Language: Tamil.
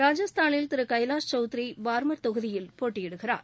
ராஜஸ்தானில் திரு கைலாஷ் சவுத்ரி பார்மர் தொகுதியில் போட்டியிடுகிறார்